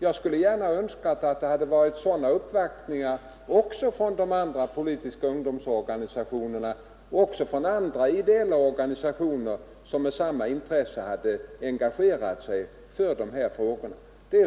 Jag hade gärna sett att det gjorts sådana framställningar också från de övriga politiska ungdomsorganisationerna och från andra ideella organisationer som har intresse av att engagera sig i dessa frågor.